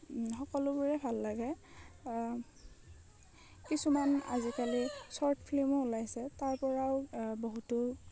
সকলোবোৰে ভাল লাগে কিছুমান আজিকালি শ্বৰ্ট ফিল্মো ওলাইছে তাৰ পৰাও বহুতো